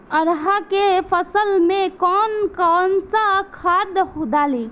अरहा के फसल में कौन कौनसा खाद डाली?